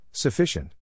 Sufficient